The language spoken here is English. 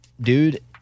dude